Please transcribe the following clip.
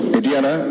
Indiana